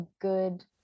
good